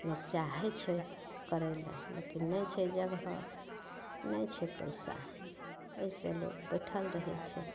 लोक चाहै छै करै ले लेकिन नहि छै जगह नहि छै पइसा एहिसे लोक बैठल रहै छै